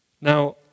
Now